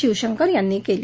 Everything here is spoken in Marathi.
शिवशंकर यांनी केली